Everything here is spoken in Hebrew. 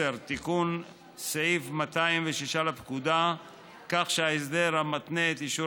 10. תיקון סעיף 206 לפקודה כך שההסדר המתנה את אישור